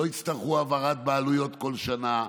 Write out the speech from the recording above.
לא יצטרכו העברת בעלויות כל שנה,